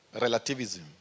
relativism